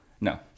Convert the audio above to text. No